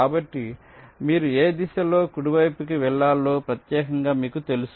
కాబట్టి మీరు ఏ దిశలో కుడివైపుకి వెళ్ళాలో ప్రత్యేకంగా మీకు తెలుసు